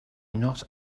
not